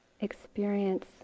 experience